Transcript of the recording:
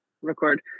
record